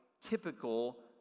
typical